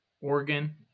Oregon